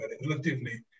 relatively